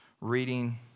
reading